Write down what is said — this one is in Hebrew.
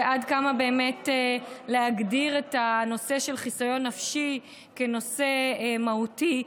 ועד כמה באמת להגדיר את הנושא של חיסיון נפשי כנושא מהותי.